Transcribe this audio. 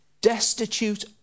Destitute